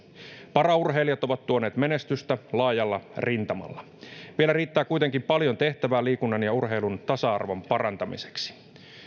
paraurheilijat ovat tuoneet menestystä laajalla rintamalla vielä riittää kuitenkin paljon tehtävää liikunnan ja urheilun tasa arvon parantamiseksi